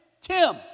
Tim